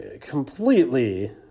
completely